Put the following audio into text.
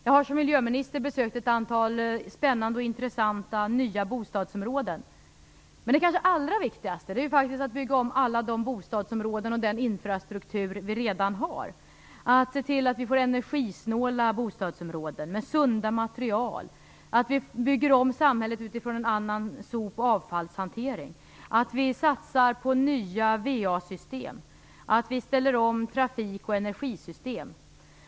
Jag har som miljöminister besökt ett antal spännande och intressanta nya bostadsområden, men det kanske allra viktigaste är att bygga om alla de bostadsområden och den infrastruktur vi redan har och att se till att vi får energisnåla bostadsområden, med sunda material, bygger om samhället utifrån en annan sop och avfallshantering, satsar på nya va-system och ställer om trafik och energisystem.